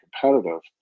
competitive